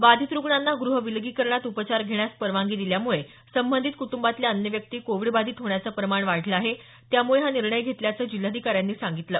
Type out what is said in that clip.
बाधित रुग्णांना ग्रहविलगीकरणात उपचार घेण्यास परवानगी दिल्यामुळे संबंधित कुटुंबातल्या अन्य व्यक्ती कोविड बाधित होण्याचं प्रमाण वाढलं आहे यामुळे हा निर्णय घेतल्याचं जिल्हाधिकाऱ्यांनी सांगितलं